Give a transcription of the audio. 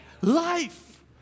Life